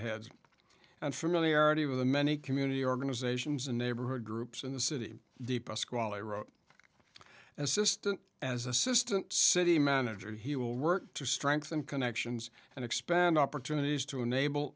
heads and familiarity with the many community organizations and neighborhood groups in the city the pasquale assistant as assistant city manager he will work to strengthen connections and expand opportunities to enable